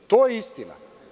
To je istina.